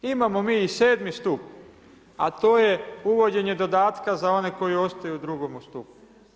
Imamo mi i 7. stup a to je uvođenje dodatka za one koji ostaju u drugome stupu.